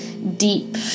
deep